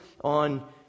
on